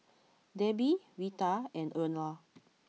Debbie Veta and Erla